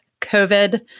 COVID